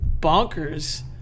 bonkers